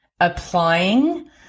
applying